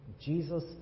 Jesus